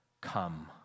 come